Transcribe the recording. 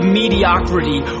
mediocrity